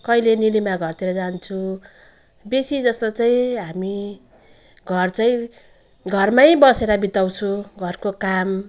कहिले निलिमाको घरतिर जान्छु बेसी जस्तो चाहिँ हामी घर चाहिँ घरमै बसेर बिताउँछु घरको काम